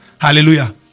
Hallelujah